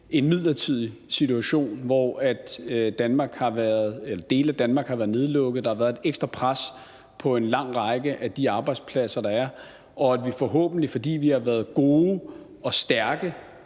en midlertidig situation, hvor dele af Danmark har været nedlukket og der har været et ekstra pres på en lang række af de arbejdspladser, der er, og hvor vi forhåbentlig, fordi vi har været gode og stærke